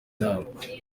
inama